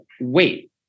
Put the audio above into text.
wait